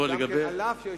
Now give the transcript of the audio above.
על אף,